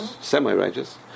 semi-righteous